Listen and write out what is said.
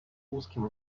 узким